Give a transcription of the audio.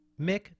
Mick